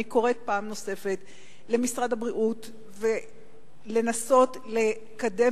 אני קוראת פעם נוספת למשרד הבריאות לנסות לקדם